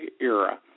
era